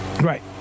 Right